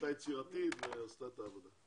הייתה יצירתית ועשתה את העבודה.